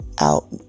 out